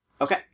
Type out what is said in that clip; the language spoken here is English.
Okay